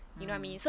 mm